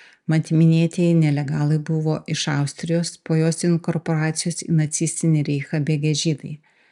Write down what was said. mat minėtieji nelegalai buvo iš austrijos po jos inkorporacijos į nacistinį reichą bėgę žydai